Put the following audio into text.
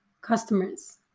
customers